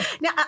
Now